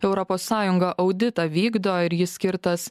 europos sąjunga auditą vykdo ir jis skirtas